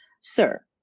Sir